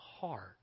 heart